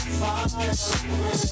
fire